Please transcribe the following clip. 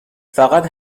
فقط